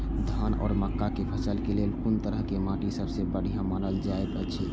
धान आ मक्का के फसल के लेल कुन तरह के माटी सबसे बढ़िया मानल जाऐत अछि?